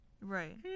Right